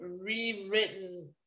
rewritten